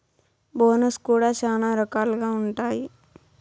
bonus కూడా శ్యానా రకాలుగా ఉంటాయి